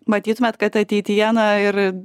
matytumėt kad ateityje na ir